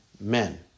men